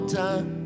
time